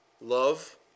love